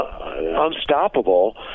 unstoppable